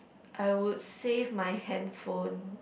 I would save my handphone